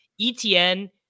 ETN